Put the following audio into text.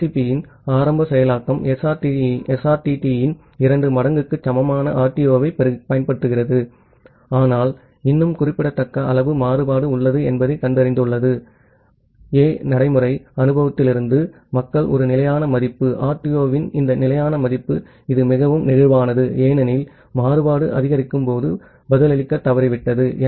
TCPயின் ஆரம்ப செயலாக்கம் SRTTயின் இரண்டு மடங்குக்கு சமமான RTOவைப் பயன்படுத்தியது ஆனால் இன்னும் குறிப்பிடத்தக்க அளவு மாறுபாடு உள்ளது என்பதைக் கண்டறிந்துள்ளது ஆ நடைமுறை அனுபவத்திலிருந்து மக்கள் ஒரு நிலையான மதிப்பு RTOவின் இந்த நிலையான மதிப்பு இது மிகவும் நெகிழ்வானது ஏனெனில் மாறுபாடு அதிகரித்தபோது பதிலளிக்கத் தவறிவிட்டது